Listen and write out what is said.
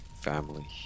family